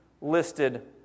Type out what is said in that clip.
listed